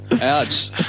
ouch